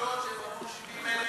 70,000,